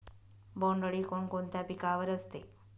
बोंडअळी कोणकोणत्या पिकावर असते?